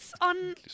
on